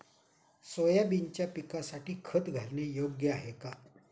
सोयाबीनच्या पिकासाठी खत घालणे योग्य आहे का?